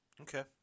Okay